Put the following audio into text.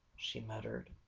she muttered.